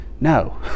No